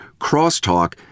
crosstalk